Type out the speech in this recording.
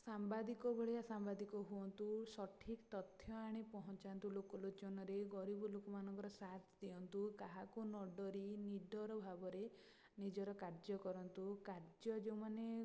ସାମ୍ବାଦିକ ଭଳିଆ ସାମ୍ବାଦିକ ହୁଅନ୍ତୁ ସଠିକ ତଥ୍ୟ ଆଣି ପହଁଞ୍ଚାନ୍ତୁ ଲୋକଲୋଚନରେ ଗରିବ ଲୋକମାନଙ୍କର ସାଥ ଦିଅନ୍ତୁ କାହାକୁ ନଡ଼ରି ନୀଡ଼ର ଭାବରେ ନିଜର କାର୍ଯ୍ୟ କରନ୍ତୁ କାର୍ଯ୍ୟ ଯେଉଁମାନେ